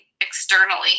externally